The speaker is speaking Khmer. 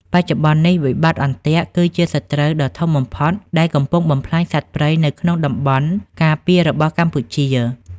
បច្ចុប្បន្ននេះ "វិបត្តិអន្ទាក់" គឺជាសត្រូវដ៏ធំបំផុតដែលកំពុងបំផ្លាញសត្វព្រៃនៅក្នុងតំបន់ការពាររបស់កម្ពុជា។